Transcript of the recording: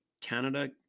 Canada